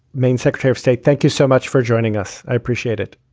maine secretary of state, thank you so much for joining us. i appreciate it.